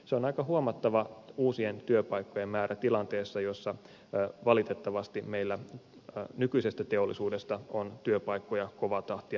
se on aika huomattava uusien työpaikkojen määrä tilanteessa jossa valitettavasti meillä nykyisestä teollisuudesta on työpaikkoja kovaa tahtia vähennetty